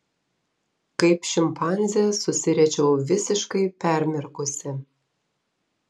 kaip šimpanzė susiriečiau visiškai permirkusi